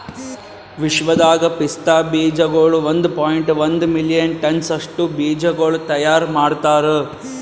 ವಿಶ್ವದಾಗ್ ಪಿಸ್ತಾ ಬೀಜಗೊಳ್ ಒಂದ್ ಪಾಯಿಂಟ್ ಒಂದ್ ಮಿಲಿಯನ್ ಟನ್ಸ್ ಅಷ್ಟು ಬೀಜಗೊಳ್ ತೈಯಾರ್ ಮಾಡ್ತಾರ್